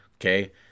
Okay